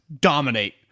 dominate